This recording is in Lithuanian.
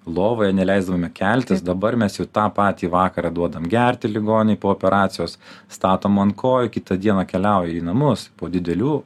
lovoje neleisdavome keltis dabar mes jau tą patį vakarą duodame gerti ligoniui po operacijos statom ant kojų kitą dieną keliauja į namus po didelių